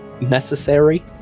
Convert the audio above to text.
necessary